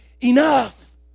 Enough